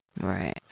Right